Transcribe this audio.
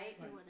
Right